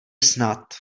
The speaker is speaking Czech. snad